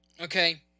okay